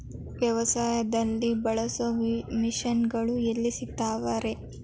ವ್ಯವಸಾಯದಲ್ಲಿ ಬಳಸೋ ಮಿಷನ್ ಗಳು ಎಲ್ಲಿ ಸಿಗ್ತಾವ್ ರೇ?